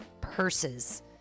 purses